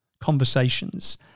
conversations